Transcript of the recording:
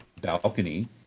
balcony